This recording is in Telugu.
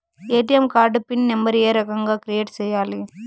ఎ.టి.ఎం కార్డు పిన్ నెంబర్ ఏ రకంగా క్రియేట్ సేయాలి